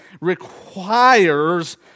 requires